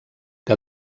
que